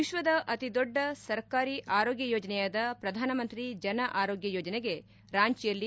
ವಿಶ್ವದ ಅತಿದೊಡ್ಡ ಸರ್ಕಾರಿ ಆರೋಗ್ನ ಯೋಜನೆಯಾದ ಪ್ರಧಾನ ಮಂತ್ರಿ ಜನ ಆರೋಗ್ನ ಯೋಜನೆಗೆ ರಾಂಚಿಯಲ್ಲಿ